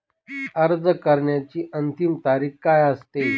अर्ज करण्याची अंतिम तारीख काय असते?